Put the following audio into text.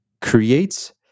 creates